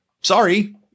Sorry